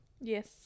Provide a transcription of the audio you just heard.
Yes